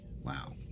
Wow